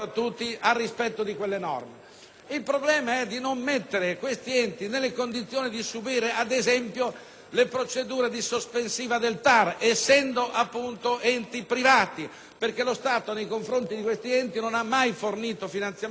Il problema è di non mettere questi enti nelle condizioni di subire, ad esempio, le procedure di sospensiva del TAR essendo, appunto, enti privati, perché lo Stato nei confronti di questi enti non ha mai fornito finanziamenti o contributi.